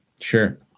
Sure